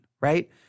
right